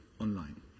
online